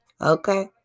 Okay